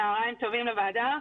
צוהריים טובים לוועדה,